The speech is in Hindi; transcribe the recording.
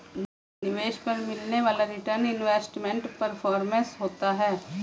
निवेश पर मिलने वाला रीटर्न इन्वेस्टमेंट परफॉरमेंस होता है